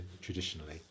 traditionally